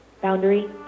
Boundary